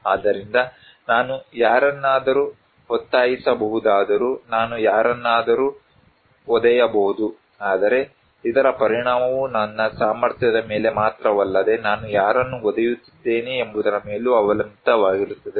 ಆದ್ದರಿಂದ ನಾನು ಯಾರನ್ನಾದರೂ ಒತ್ತಾಯಿಸಬಹುದಾದರೂ ನಾನು ಯಾರನ್ನಾದರೂ ಒದೆಯಬಹುದು ಆದರೆ ಇದರ ಪರಿಣಾಮವು ನನ್ನ ಸಾಮರ್ಥ್ಯದ ಮೇಲೆ ಮಾತ್ರವಲ್ಲದೆ ನಾನು ಯಾರನ್ನು ಒದೆಯುತ್ತಿದ್ದೇನೆ ಎಂಬುದರ ಮೇಲೂ ಅವಲಂಬಿತವಾಗಿರುತ್ತದೆ